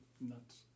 nuts